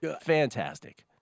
fantastic